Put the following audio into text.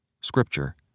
Scripture